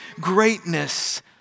greatness